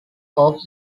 off